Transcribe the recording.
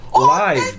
Live